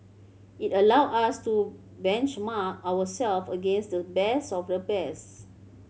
it allowed us to benchmark ourselves against the best of the best